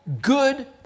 good